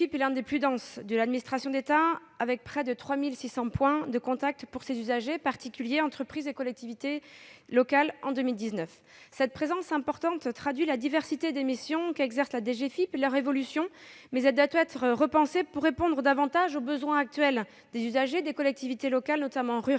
est l'un des plus denses de l'administration d'État, avec en 2019 près de 3 600 points de contact avec les usagers, particuliers, entreprises et collectivités territoriales. Cette présence importante traduit la diversité des missions qu'exerce la DGFiP et leur évolution, mais elle doit être repensée pour répondre davantage aux besoins actuels des usagers, dont les collectivités territoriales, notamment rurales,